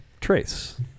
trace